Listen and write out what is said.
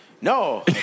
No